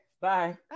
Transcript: Bye